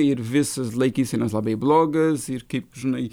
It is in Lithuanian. ir visos laikysenos labai blogas ir kaip žinai